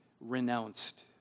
renounced